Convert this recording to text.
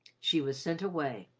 she was sent away.